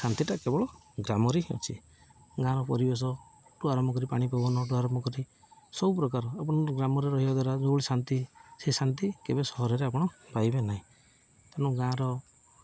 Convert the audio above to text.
ଶାନ୍ତିଟା କେବଳ ଗ୍ରାମରେ ଅଛି ଗାଁର ପରିବେଶଠୁ ଆରମ୍ଭ କରି ପାଣି ପବନଠୁ ଆରମ୍ଭ କରି ସବୁ ପ୍ରକାର ଆପଣ ଗ୍ରାମରେ ରହିବା ଦ୍ୱାରା ଯେଉଁଭଳି ଶାନ୍ତି ସେ ଶାନ୍ତି କେବେ ସହରରେ ଆପଣ ପାଇବେ ନାହିଁ ତେଣୁ ଗାଁର